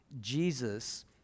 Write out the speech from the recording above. Jesus